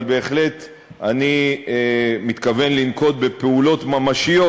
אבל בהחלט אני מתכוון לנקוט פעולות ממשיות